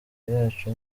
yacu